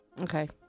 okay